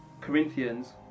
Corinthians